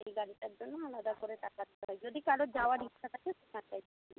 সেই গাড়িটার জন্য আলাদা করে টাকা দিতে হয় যদি কারো যাওয়ার ইচ্ছা থাকে তাহলে